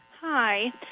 Hi